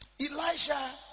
Elijah